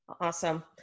Awesome